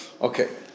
Okay